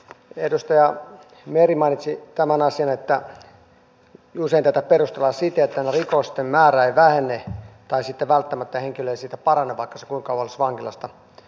edustaja meri mainitsi tämän asian että usein tätä perustellaan siten että rikosten määrä ei vähene tai sitten välttämättä henkilö ei siitä parane vaikka kuinka kauan olisi vankilassa